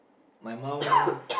my mom